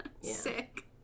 Sick